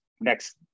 next